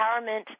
empowerment